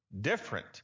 different